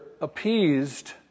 appeased